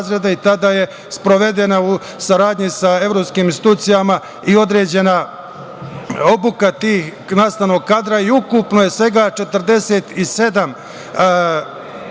i tada je sprovedena u saradnji sa evropskim institucijama i određena obuka tog nastavnog kadra i ukupno je svega 47